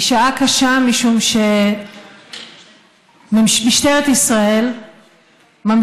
היא שעה קשה משום שמשטרת ישראל ממליצה